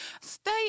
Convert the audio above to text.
Stay